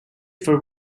for